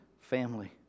family